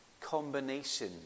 combination